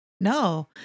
No